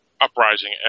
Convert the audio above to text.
uprising